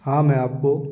हाँ मैं आपको